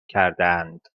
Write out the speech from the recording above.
کردهاند